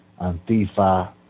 Antifa